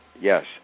Yes